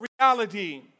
reality